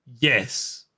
Yes